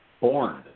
born